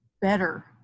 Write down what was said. better